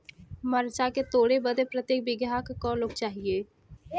मरचा के तोड़ बदे प्रत्येक बिगहा क लोग चाहिए?